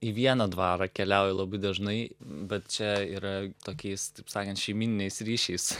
į vieną dvarą keliauju labai dažnai bet čia yra tokiais taip sakant šeimyniniais ryšiais